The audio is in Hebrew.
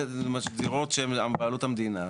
אלה דירות שהן בבעלות המדינה.